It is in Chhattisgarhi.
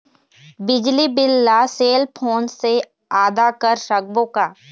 बिजली बिल ला सेल फोन से आदा कर सकबो का?